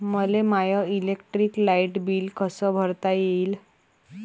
मले my electric light bill कस भरता येईल?